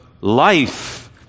life